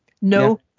No